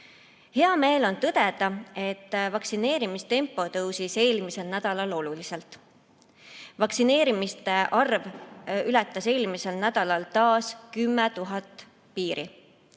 Hea meel on tõdeda, et vaktsineerimistempo tõusis eelmisel nädalal oluliselt. Vaktsineerimiste arv ületas eelmisel nädalal taas 10 000 piiri.